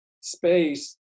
space